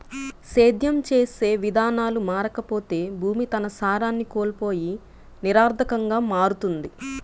సేద్యం చేసే విధానాలు మారకపోతే భూమి తన సారాన్ని కోల్పోయి నిరర్థకంగా మారుతుంది